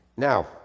Now